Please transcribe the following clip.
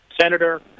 senator